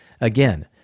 again